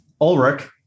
Ulrich